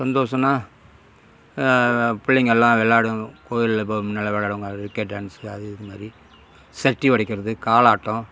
சந்தோஷன்னா பிள்ளைங்க எல்லாம் விளையாடும் கோவிலில் போய் நல்லா விளையாடுங்க ரிக்கா டான்ஸ் அது இது மாதிரி சட்டி உடைகிறது கால் ஆட்டம்